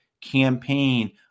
campaign